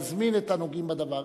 להזמין את הנוגעים בדבר.